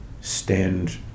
stand